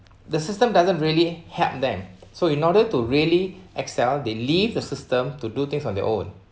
the system doesn't really help them so in order to really excel they leave the system to do things on their own